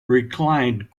reclined